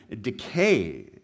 decay